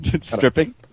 Stripping